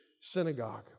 synagogue